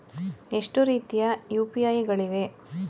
ಎಷ್ಟು ರೀತಿಯ ಯು.ಪಿ.ಐ ಗಳಿವೆ?